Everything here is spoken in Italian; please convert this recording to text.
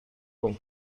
con